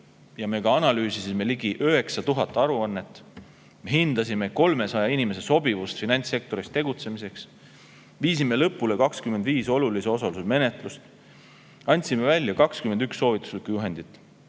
ja me ka analüüsisime ligi 9000 aruannet. Me hindasime 300 inimese sobivust finantssektoris tegutsemiseks. Viisime lõpule 25 olulise osaluse menetlust. Andsime välja 21 soovituslikku juhendit.